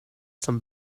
some